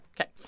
Okay